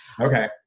Okay